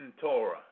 Torah